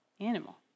animal